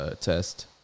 test